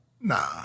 Nah